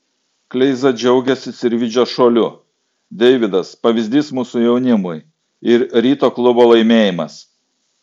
kleiza džiaugiasi sirvydžio šuoliu deividas pavyzdys mūsų jaunimui ir ryto klubo laimėjimas